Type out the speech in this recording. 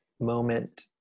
moment